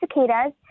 cicadas